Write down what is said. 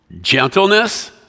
gentleness